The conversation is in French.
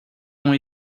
ont